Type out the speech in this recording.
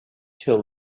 till